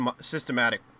systematic